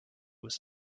was